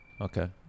okay